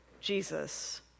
Jesus